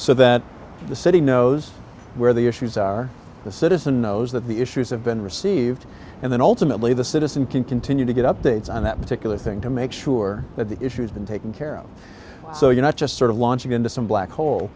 so that the city knows where the issues are the citizen knows that the issues have been received and then ultimately the citizen can continue to get updates on that particular thing to make sure that the issue's been taken care of so you not just sort of launching into some black hole